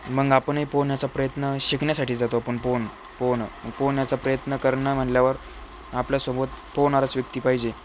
मग आपणही पोहण्याचा प्रयत्न शिकण्यासाठी जातो आपण पोहण पोहणं पोहण्याचा प्रयत्न करणं म्हणल्यावर आपल्यासोबत पोहणाराच व्यक्ती पाहिजे